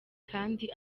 kandi